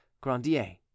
Grandier